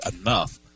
enough